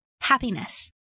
happiness